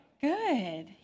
Good